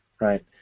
right